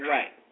Right